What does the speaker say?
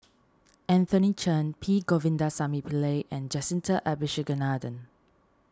Anthony Chen P Govindasamy Pillai and Jacintha Abisheganaden